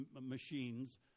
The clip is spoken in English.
machines